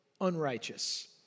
unrighteous